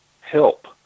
help